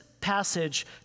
passage